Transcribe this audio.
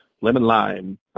lemon-lime